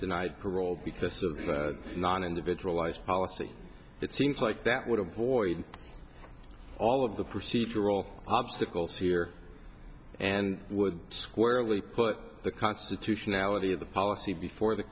denied parole because of non individualized policy it seems like that would avoid all of the procedural obstacles here and with squarely put the constitutionality of the policy before the